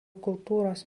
kultūros